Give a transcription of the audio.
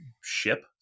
ship